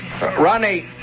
Ronnie